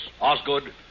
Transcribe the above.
Osgood